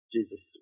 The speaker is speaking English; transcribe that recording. Jesus